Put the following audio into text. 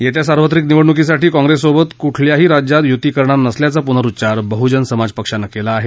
येत्या सार्वत्रिक निवडणुकीसाठी काँप्रेससोबत कुठल्याही राज्यात युती करणार नसल्याचा पुनरुच्चार बहुजन समाज पक्षानं केला आहे